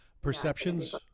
Perceptions